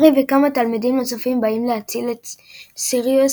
הארי וכמה תלמידים נוספים באים "להציל" את סיריוס,